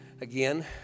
again